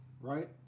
right